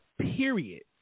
period